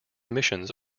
emissions